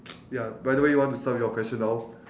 ya by the way you want to start your question now